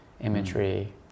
imagery